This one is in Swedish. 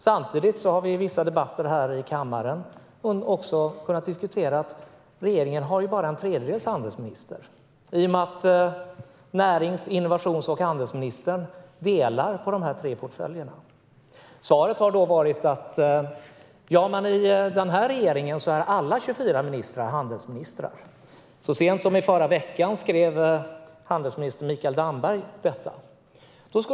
Samtidigt har vi i vissa debatter i kammaren diskuterat att regeringen bara har en tredjedels handelsminister, i och med att närings, innovations och handelsministern har alla dessa tre portföljer. Svaret har varit att alla 24 ministrar i regeringen är handelsministrar. Detta skrev handelsminister Mikael Damberg så sent som i förra veckan.